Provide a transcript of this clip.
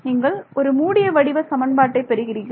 நீங்கள் ஒரு மூடிய வடிவ சமன்பாட்டை பெறுவீர்கள்